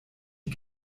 die